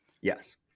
Yes